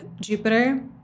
Jupiter